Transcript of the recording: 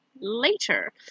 later